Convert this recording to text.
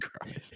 Christ